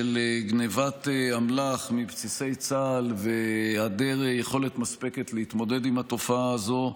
של גנבת אמל"ח מבסיסי צה"ל והיעדר יכולת מספקת להתמודד עם התופעה הזו.